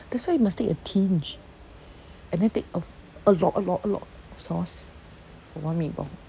that's why you must take a tinge and then take a a lot a lot a lot of sauce for one meatball